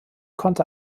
konnte